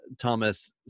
Thomas